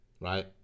right